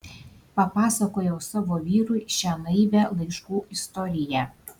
papasakojau savo vyrui šią naivią laiškų istoriją